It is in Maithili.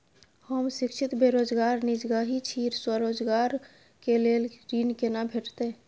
हम शिक्षित बेरोजगार निजगही छी, स्वरोजगार के लेल ऋण केना भेटतै?